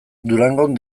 durangon